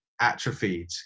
atrophied